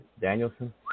Danielson